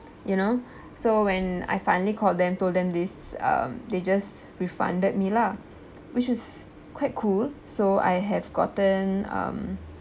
you know so when I finally called them told them this uh they just refunded me lah which is quite cool so I have gotten um